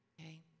Okay